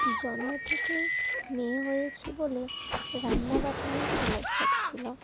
জন্ম থেকেই মেয়ে হয়েছি বলে রান্না বাটি নিয়ে খেলার শখ ছিল